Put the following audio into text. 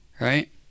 right